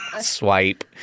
swipe